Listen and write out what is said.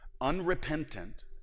unrepentant